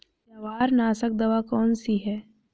जवार नाशक दवा कौन सी है?